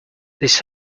this